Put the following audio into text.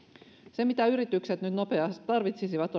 se mitä yritykset nyt nopeasti tarvitsisivat